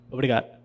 Obrigado